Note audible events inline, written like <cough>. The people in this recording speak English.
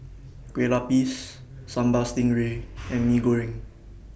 Kueh Lupis Sambal Stingray <noise> and Mee Goreng